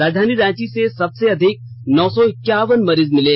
राजधानी रांची से सबसे अधिक नौ सौ इक्यावन मरीज मिले